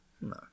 No